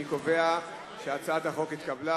אני קובע שהצעת החוק התקבלה,